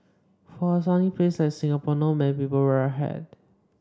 for a sunny place like Singapore not many people wear a hat